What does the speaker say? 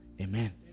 Amen